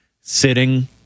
sitting